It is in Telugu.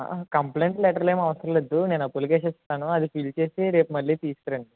కంప్లైంట్ లెటర్లు ఏం అవసరం లెదు నేను అప్లికేషన్ ఇస్తాను అది ఫిల్ చేసి రేపు మళ్ళీ తీసుకురండి